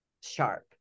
sharp